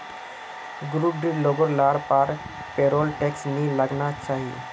group डीर लोग लार पर पेरोल टैक्स नी लगना चाहि